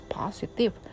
positive